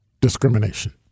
discrimination